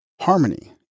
harmony